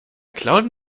clown